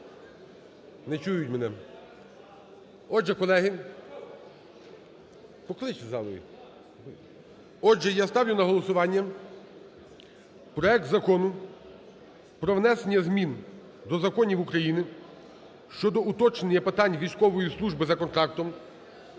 Не чують мене. Отже, колеги... Покличте в залу їх. Отже, я ставлю на голосування проект Закону про внесення змін до Законів України щодо уточнення питань військової служби за контрактом